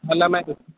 کھانا میں دوں